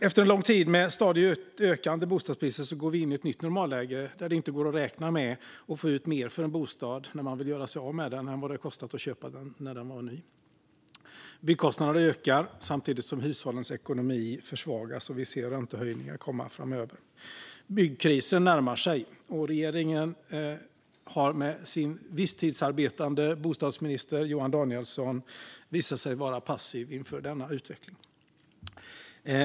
Efter en lång tid med stadigt ökande bostadsbrist går vi in i ett nytt normalläge där det inte går att räkna med att få ut mer för en bostad när man vill göra sig av med den än vad det kostade att köpa den när den var ny. Byggkostnaderna ökar, samtidigt som hushållens ekonomi försvagas och vi ser räntehöjningar komma framöver. Byggkrisen närmar sig. Regeringen har med sin visstidsarbetande bostadsminister Johan Danielsson visat sig passiv inför denna utveckling.